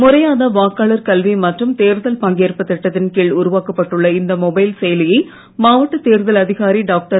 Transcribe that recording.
முறையான வாக்காளர் கல்வி மற்றும் தேர்தல் பங்கேற்பு திட்டத்தின் கீழ் உருவாக்கப்பட்டுள்ள இந்த மொபைல் செயலியை மாவட்ட தேர்தல் அதிகாரி டாக்டர்